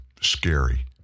scary